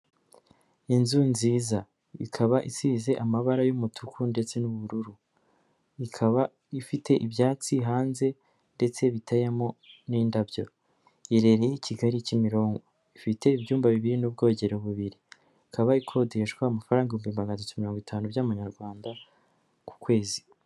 Inzu nziza ikaba isize amabara y'umutuku ndetse n'ubururu. Ikaba ifite ibyatsi hanze ndetse biteyemo n'indabyo iherereye i Kigali Kimironko ifite ibyumba bibiri n'ubwogero bubiri, ikaba ikodeshwa amafaranga ibihumbi magana atatu mirongo itanu by'amanyarwanda ku kwezi.